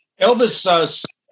Elvis